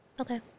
Okay